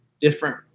different